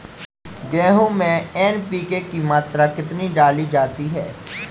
गेहूँ में एन.पी.के की मात्रा कितनी डाली जाती है?